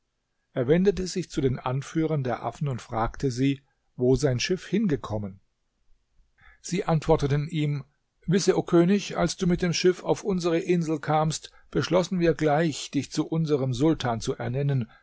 er wendete sich zu den anführern der affen und fragte sie wo sein schiff hingekommen sie antworteten ihm wisse o könig als du mit dem schiff auf unsere insel kamst beschlossen wir gleich dich zu unserem sultan zu ernennen